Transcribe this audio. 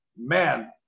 man